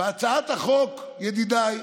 בהצעת החוק, ידידיי,